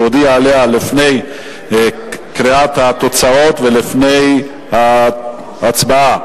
שהוא הודיע עליה לפני קריאת התוצאות ולפני ההצבעה.